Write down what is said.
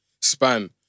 span